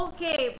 Okay